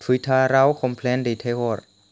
टुइटाराव कमप्लेन दैथायहर